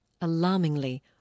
Alarmingly